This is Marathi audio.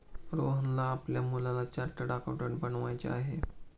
सोहनला आपल्या मुलाला चार्टर्ड अकाउंटंट बनवायचे आहे